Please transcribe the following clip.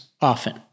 often